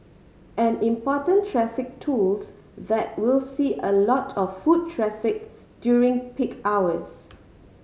an important traffic tools that will see a lot of foot traffic during peak hours